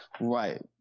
Right